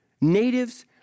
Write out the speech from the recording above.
natives